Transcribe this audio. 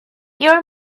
your